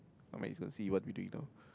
might as well see what we doing now